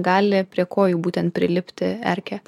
gali prie kojų būtent prilipti erkė